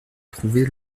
trouver